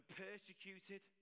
persecuted